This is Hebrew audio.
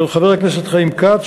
של חבר הכנסת חיים כץ,